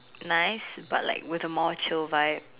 nice but like with a more chill vibe